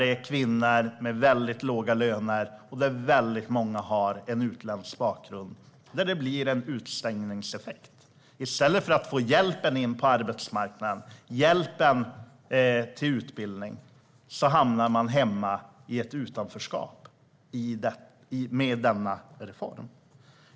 Det är kvinnor med väldigt låga löner, och väldigt många har utländsk bakgrund. Det blir en utestängningseffekt. I stället för att få hjälp in på arbetsmarknaden och hjälp till utbildning hamnar man med denna reform hemma i ett utanförskap.